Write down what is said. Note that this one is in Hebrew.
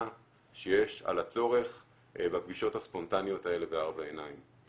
שיש על הצורך בפגישות הספונטניות האלה בארבע עיניים.